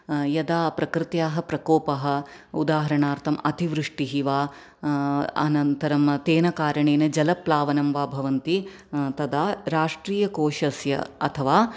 यदा प्रकृत्याः प्रकोपः उदाहरणार्थं अतिवृष्टिः वा अनन्तरम् तेन कारणेन जलप्लावनं वा भवन्ति तदा राष्ट्रीयकोशस्य अथवा